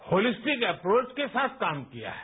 holistic approach के साथ काम किया है